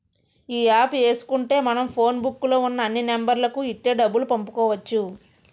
ఈ యాప్ ఏసుకుంటే మనం ఫోన్ బుక్కు లో ఉన్న అన్ని నెంబర్లకు ఇట్టే డబ్బులు పంపుకోవచ్చు